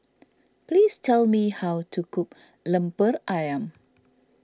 please tell me how to cook Lemper Ayam